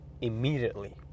immediately